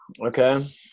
okay